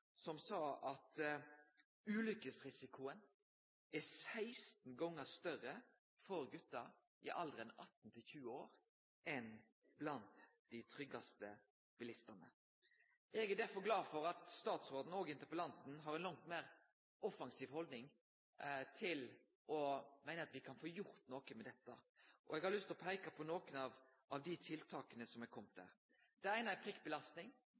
som sa at ulykkesrisikoen er 16 gonger større for gutar i alderen 18–20 år enn blant dei tryggaste bilistane. Eg er derfor glad for at statsråden og interpellanten har ei langt meir offensiv haldning til å meine at me kan få gjort noko med dette. Eg har lyst til å peike på nokre av dei tiltaka som har kome der. Det eine er